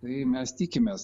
tai mes tikimės